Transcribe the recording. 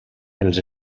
els